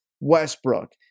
Westbrook